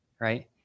right